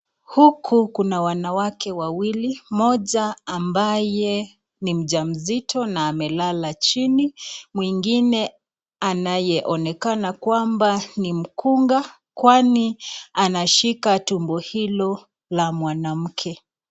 Huku kuna wanawake wawili mmoja ambaye ni mjamzito na amelala chini mwingine anayeonekana kwamba ni mkunga kwani anashika tumbo hilo la mwanamke.